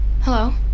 Hello